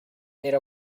made